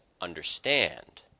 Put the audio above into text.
understand